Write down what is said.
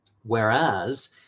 Whereas